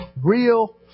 Real